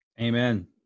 amen